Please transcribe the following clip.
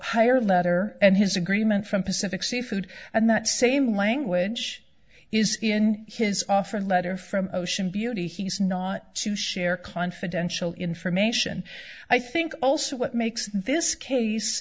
hire letter and his agreement from pacific seafood and that same language is in his offer letter from ocean beauty he's not to share confidential information i think also what makes this case